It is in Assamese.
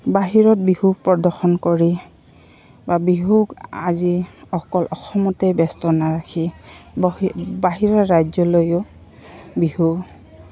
বাহিৰত বিহু প্ৰদৰ্শন কৰি বা বিহুক আজি অকল অসমতে ব্যস্ত নাৰখি বাহিৰা ৰাজ্যলৈও বিহু